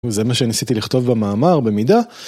וזה מה שניסיתי לכתוב במאמר במידה.